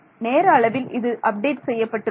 நேர அளவில் இது அப்டேட் செய்யப்பட்டுள்ளது